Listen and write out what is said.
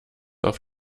auf